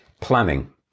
Planning